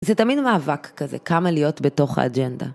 זה תמיד מאבק כזה, כמה להיות בתוך האג'נדה.